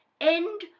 End